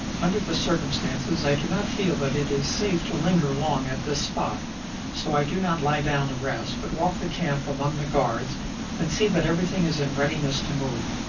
under the circumstances i do not feel that it is safe to linger long at this spot so i do not lie down to rest, but walk the camp among the guards and see that everything is in readiness to move.